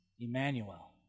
Emmanuel